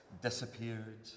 disappeared